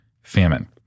famine